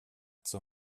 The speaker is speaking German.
zur